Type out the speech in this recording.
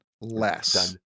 less